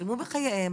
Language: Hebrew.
שילמו בחייהם,